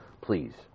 please